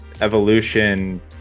evolution